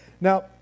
now